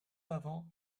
avant